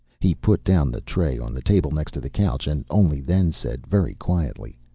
he put down the tray on the table next the couch and only then said, very quietly,